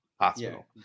Hospital